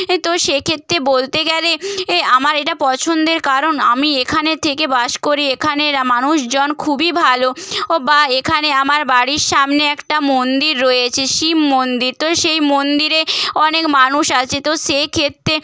এ তো সেক্ষেত্রে বলতে গেলে এ আমার এটা পছন্দের কারণ আমি এখানে থেকে বাস করি এখানের মানুষজন খুবই ভালো ও বা এখানে আমার বাড়ির সামনে একটা মন্দির রয়েছে শিব মন্দির তো সেই মন্দিরে অনেক মানুষ আছে তো সেক্ষেত্রে